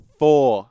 four